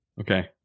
Okay